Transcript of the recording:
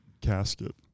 casket